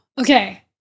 okay